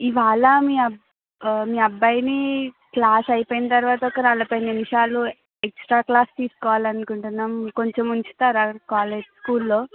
ఇవాళ మీ అబ్బ మీ అబ్బాయిని క్లాస్ అయిపోయిన తర్వాత ఒక నలభై నిమిషాలు ఎక్స్ట్రా క్లాసు తీసుకోవాలనుకుంటున్నాము కొంచెం ఉంచుతారా కాలేజ్ స్కూల్లో